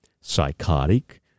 psychotic